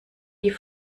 die